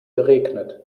geregnet